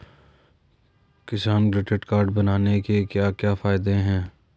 किसान credit card बनाने के क्या क्या फायदे हैं?